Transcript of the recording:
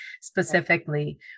specifically